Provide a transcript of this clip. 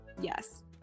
Yes